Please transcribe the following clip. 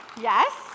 yes